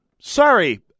sorry